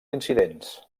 incidents